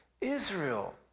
Israel